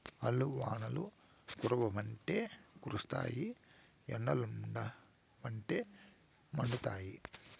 ఆల్లు వానలు కురవ్వంటే కురుస్తాయి ఎండలుండవంటే మండుతాయి